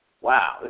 Wow